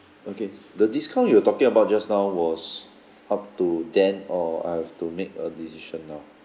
okay the discount you were talking about just now was up to then or I've to make a decision now